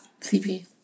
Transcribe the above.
CP